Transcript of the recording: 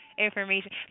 Information